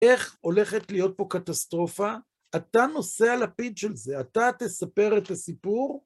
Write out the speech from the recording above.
איך הולכת להיות פה קטסטרופה? אתה נושא הלפיד של זה, אתה תספר את הסיפור?